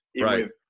right